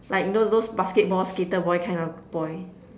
like know those basketball skater boy kind of boy